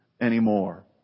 anymore